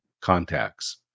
contacts